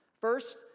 First